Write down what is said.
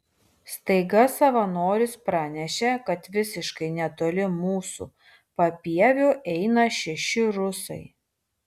staiga savanoris pranešė kad visiškai netoli mūsų papieviu eina šeši rusai